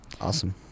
awesome